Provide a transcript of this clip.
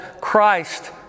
Christ